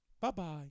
bye-bye